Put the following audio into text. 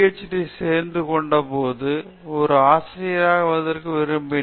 D சேர்ந்து கொண்டபோது ஒரு ஆசிரியராக ஆவதற்கு விரும்பினேன்